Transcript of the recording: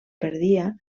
perdia